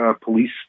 police